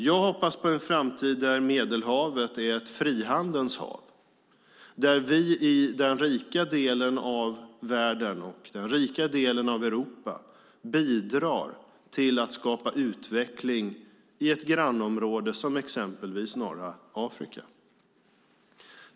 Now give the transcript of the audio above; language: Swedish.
Jag hoppas på en framtid där Medelhavet är ett frihandelns hav, där vi i den rika delen av världen och den rika delen av Europa bidrar till att skapa utveckling i ett grannområde som exempelvis norra Afrika.